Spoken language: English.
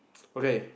okay